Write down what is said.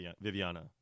Viviana